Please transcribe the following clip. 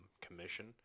commission